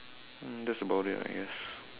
um that's about it I guess